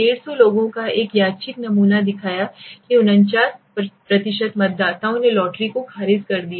150 लोगों का एक यादृच्छिक नमूना दिखाया कि 49 मतदाताओं ने लॉटरी को खारिज कर दिया